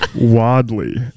Wadley